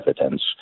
evidence